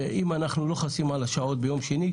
אם אנחנו לא חסים על השעות ביום שני,